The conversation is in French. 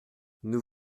nous